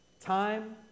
Time